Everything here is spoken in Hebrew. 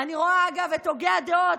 אני רואה, אגב, את הוגה הדעות,